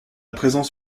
présence